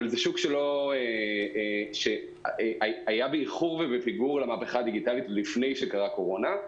אבל זה שוק שהיה באיחור ובפיגור למהפכה הדיגיטלית לפני הקורונה.